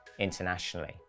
internationally